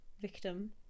victim